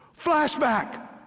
Flashback